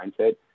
mindset